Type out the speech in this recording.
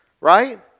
right